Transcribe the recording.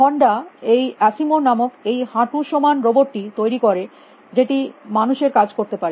Honda এই ASIMO নামক এই হাঁটু সমান রোবট টি তৈরী করে যেটি মানুষের কাজ করতে পারে